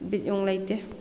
ꯕꯤꯠ ꯌꯥꯝ ꯂꯩꯇꯦ